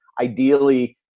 ideally